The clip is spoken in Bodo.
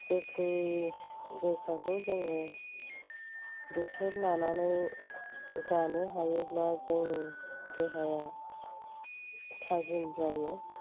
गोखै गोखाखौ जोङो बोथोर लानानै जानो हायोब्ला जोंनि देहाया थाजिम जायो